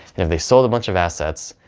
if they sold a bunch of assets,